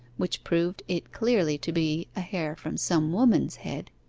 which proved it clearly to be a hair from some woman's head.